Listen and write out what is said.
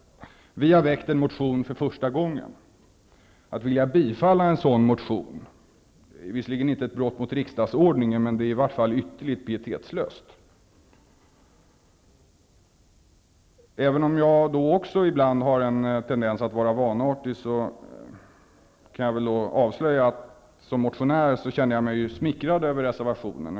Vi har väckt en motion för första gången. Att vilja bifalla en sådan motion är visserligen inte ett brott mot riksdagsordningen, men det är i vart fall ytterligt pietetslöst. Även om jag också ibland har en tendens att vara vanartig, kan jag väl avslöja att som motionär känner jag mig smickrad över reservationen.